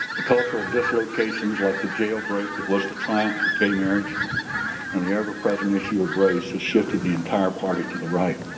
the cultural dislocations like the jailbreak that was the triumph of gay marriage and and the ever-present issue of race has shifted the entire party to the right.